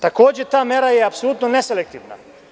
Takođe, ta mere je apsolutno neselektivna.